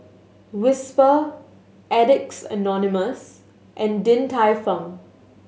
Whisper Addicts Anonymous and Din Tai Fung